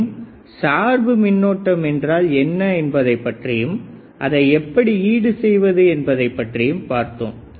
மேலும் சார்பு மின்னோட்டம் என்றால் என்ன என்பதைப் பற்றியும் அதை எப்படி ஈடு செய்வது என்பதை பற்றியும் பார்த்தோம்